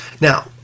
Now